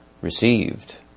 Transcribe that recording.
received